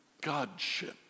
godship